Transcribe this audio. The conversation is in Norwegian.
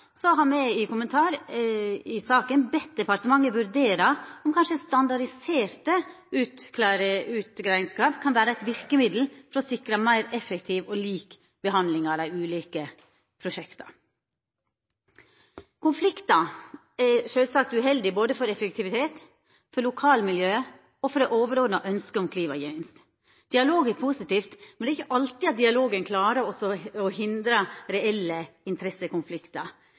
me med på ein merknad i innstillinga, der me ber departementet vurdera om kanskje standardiserte utgreiingskrav kan vera eit verkemiddel for å sikra meir effektiv og lik behandling av dei ulike prosjekta. Konfliktar er sjølvsagt uheldig for effektivitet, for lokalmiljøet og for det overordna ynsket om klimagevinst. Dialog er positivt, men det er ikkje alltid at dialogen klarer å hindra reelle interessekonfliktar.